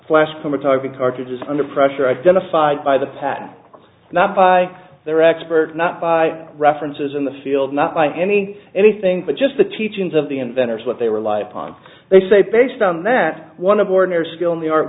flash from a target cartridge is under pressure identified by the patent not by their expert not by references in the field not by any anything but just the teachings of the inventors what they were life on they say based on that one of ordinary skill in the art